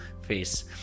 face